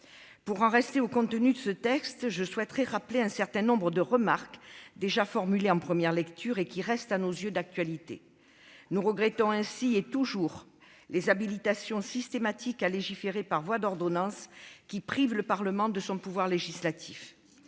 Pour en rester au contenu de ce texte, je souhaiterais rappeler un certain nombre de remarques, qui ont déjà été formulées en première lecture, mais qui restent, à nos yeux, d'actualité. Nous regrettons ainsi toujours les habilitations systématiques à légiférer par voie d'ordonnances, qui privent le Parlement de son pouvoir législatif.